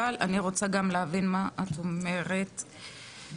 אבל אני רוצה גם להבין מה את אומרת בעצם,